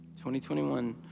2021